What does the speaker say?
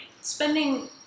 spending